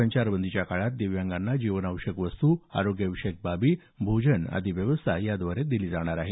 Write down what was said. संचारबंदीच्या काळात दिव्यांगाना जीवनावश्यक वस्तू आरोग्यविषयक बाबी भोजन आदी व्यवस्था याद्वारे करण्यात येणार आहे